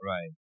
Right